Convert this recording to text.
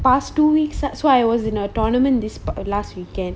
past two weeks that's why I was in a tournament this last weekend